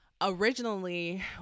originally